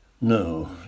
No